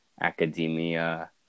academia